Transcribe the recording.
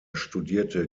studierte